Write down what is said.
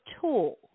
tool